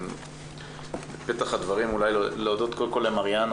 בפתח הדברים להודות קודם כל למריאנה